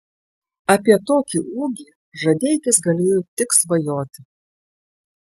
apie tokį ūgį žadeikis galėjo tik svajoti